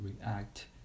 react